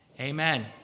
amen